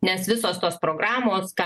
nes visos tos programos ką